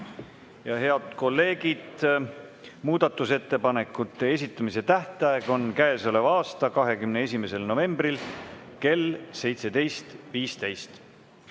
head kolleegid, muudatusettepanekute esitamise tähtaeg on käesoleva aasta 21. novembril kell 17.15.